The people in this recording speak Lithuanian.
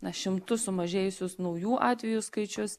na šimtu sumažėjusius naujų atvejų skaičius